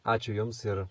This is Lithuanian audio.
ačiū jums ir